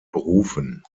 berufen